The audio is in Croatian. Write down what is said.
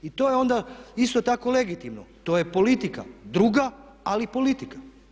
I to je onda isto tako legitimno, to je politika druga, ali politika.